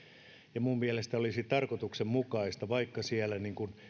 ja minun mielestäni olisi tarkoituksenmukaista siellä